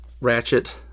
ratchet